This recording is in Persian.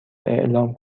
اعلام